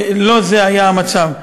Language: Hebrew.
לא זה היה המצב.